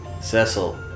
Cecil